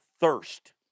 thirst